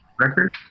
record